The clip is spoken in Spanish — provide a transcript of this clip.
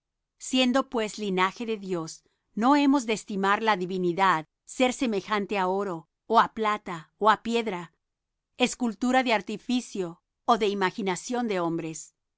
siendo pues linaje de dios no hemos de estimar la divinidad ser semejante á oro ó á plata ó á piedra escultura de artificio ó de imaginación de hombres